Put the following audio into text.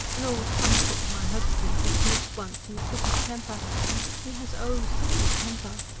an old hut-cook my husband dismissed once, in a fit of temper he has oh such a temper!